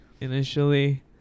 initially